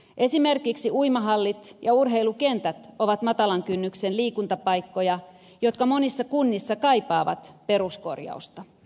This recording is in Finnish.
esimerkiksi uimahallit ja urheilukentät ovat matalan kynnyksen liikuntapaikkoja jotka monissa kunnissa kaipaavat peruskorjausta